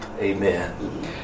Amen